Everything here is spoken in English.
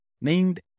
named